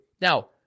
now